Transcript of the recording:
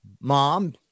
mom